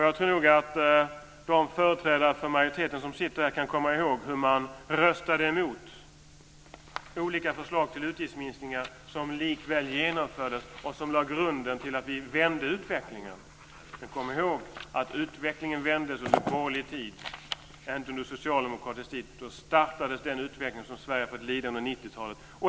Jag tror nog att de företrädare för majoriteten som sitter här kan komma ihåg hur man röstade emot olika förslag till utgiftsminskningar som likväl genomfördes och som lade grunden till att vi vände utvecklingen. Men kom ihåg att utvecklingen vände under borgerlig tid, inte under socialdemokratisk tid. Då startades den utveckling som Sverige fått lida av under 90-talet.